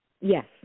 Yes